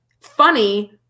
funny